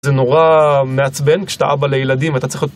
זה נורא מעצבן כשאתה אבא לילדים ואתה צריך...